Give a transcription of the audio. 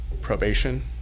probation